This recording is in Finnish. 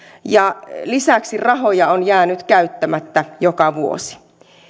lisäksi rahoja on jäänyt käyttämättä joka vuosi